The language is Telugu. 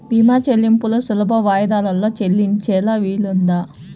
భీమా చెల్లింపులు సులభ వాయిదాలలో చెల్లించే వీలుందా?